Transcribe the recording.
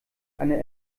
eine